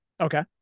okay